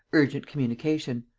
urgent communication.